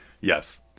Yes